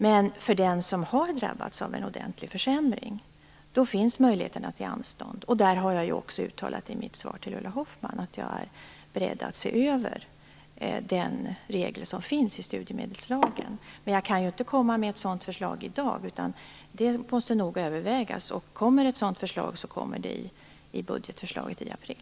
Men för den som har drabbats av en ordentlig försämring finns möjligheterna till anstånd. Jag har ju också uttalat i mitt svar till Ulla Hoffmann att jag är beredd att se över den regel som finns i studiemedelslagen. Men jag kan ju inte presentera ett sådant förslag i dag, utan det måste noga övervägas. Ett eventuellt sådant förslag kommer att finnas med i budgetförslaget i april.